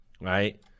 Right